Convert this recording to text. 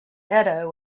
edo